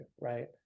right